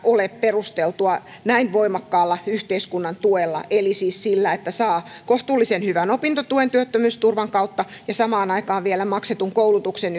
ole perusteltua näin voimakkaalla yhteiskunnan tuella eli siis sillä että saa kohtuullisen hyvän opintotuen työttömyysturvan kautta ja samaan aikaan vielä maksetun koulutuksen